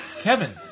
Kevin